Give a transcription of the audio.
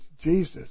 Jesus